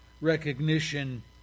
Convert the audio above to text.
recognition